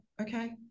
okay